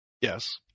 Yes